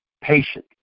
patient